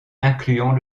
incluant